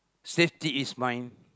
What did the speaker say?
safety is mine